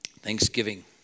Thanksgiving